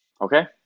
Okay